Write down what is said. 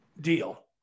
Deal